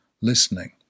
listening